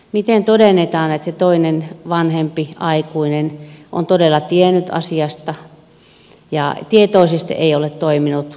miten todennetaan että se toinen vanhempi aikuinen on todella tiennyt asiasta mutta ei tietoisesti ole toiminut katkaistakseen tätä kierrettä